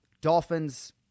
Dolphins